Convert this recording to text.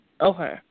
Okay